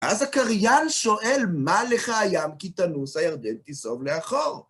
אז הקריין שואל, מה לך הים? כי תנוס הירדן תיסוב לאחור.